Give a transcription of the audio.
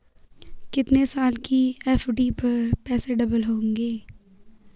कितने साल की एफ.डी पर पैसे डबल होंगे?